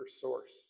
source